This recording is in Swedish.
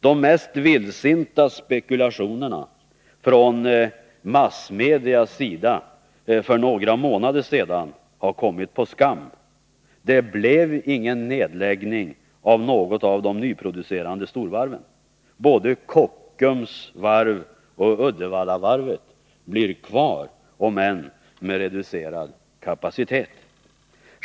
De mest vildsinta spekulationerna från massmedias sida för några månader sedan har kommit på skam. Det blev ingen nedläggning av något av de nyproducerande storvarven. Både Kockums varv och Uddevallavarvet blir kvar, om än med reducerad kapacitet.